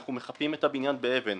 אנחנו מחפים את הבניין באבן,